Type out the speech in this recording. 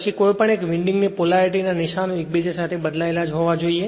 પછી કોઈપણ એક વિન્ડિંગ ની પોલેરિટીના નિશાનો એકબીજા સાથે બદલાયેલા જ હોવા જોઈએ